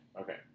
Okay